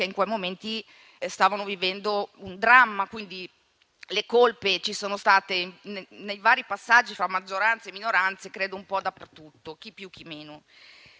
in quei momenti stavano vivendo un dramma. Quindi credo che le colpe ci siano state, nei vari passaggi fra maggioranze e minoranze, un po' dappertutto, chi più chi meno.